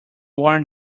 warn